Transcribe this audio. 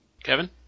Kevin